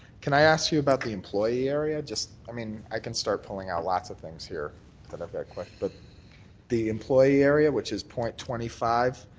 can i ask you about the employee area? i mean i can start pulling out lots of things here that i've got questions, but the employee area, which is point twenty five,